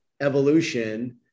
evolution